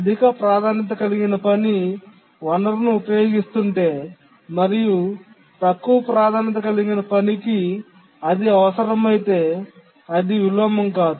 అధిక ప్రాధాన్యత కలిగిన పని వనరును ఉపయోగిస్తుంటే మరియు తక్కువ ప్రాధాన్యత కలిగిన పనికి అది అవసరమైతే అది విలోమం కాదు